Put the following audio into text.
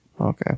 Okay